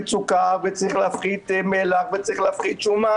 סוכר וצריך להפחית מלח וצריך להפחית שומן,